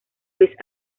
luis